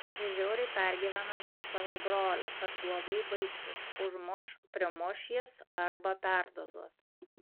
ir žiauriai pergyvena dėl savo brolio kad blogai baigsis užmuš primuš jis arba perdozuos